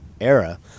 era